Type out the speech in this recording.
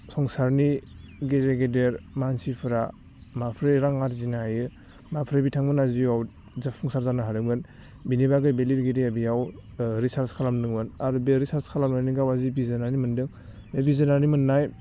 संसारनि गेदेर गेदेर मानसिफ्रा माफ्रोय रां आरजिनो हायो माफ्रोय बिथांमोनहा जिवाव जाफुंसार जानो हादोंमोन बेनि बागै बे लिरगिरिया बेयाव रिसार्च खालामदोंमोन आरो बे रिसार्च खालामनायनि गावा जि बिजिरनानै मोन्दों बे बिजिरनानै मोन्नाय